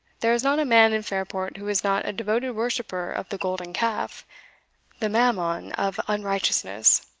there is not a man in fairport who is not a devoted worshipper of the golden calf the mammon of unrighteousness.